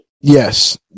Yes